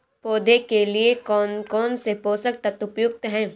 पौधे के लिए कौन कौन से पोषक तत्व उपयुक्त होते हैं?